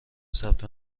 ثبت